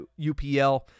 UPL